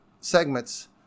segments